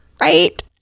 right